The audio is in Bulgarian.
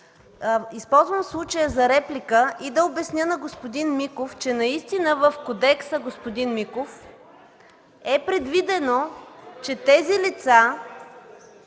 Използвам случая за реплика и да обясня на господин Миков, че наистина в кодекса, господин Миков, е предвидено, че тези лица